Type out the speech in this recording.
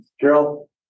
Carol